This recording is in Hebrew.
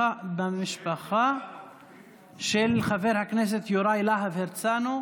במשפחה של חבר הכנסת יוראי להב הרצנו,